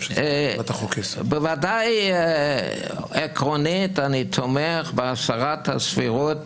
אז בוודאי עקרונית אני תומך בהסרת הסבירות